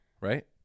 right